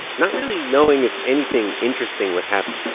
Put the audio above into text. not really knowing if anything interesting would happen.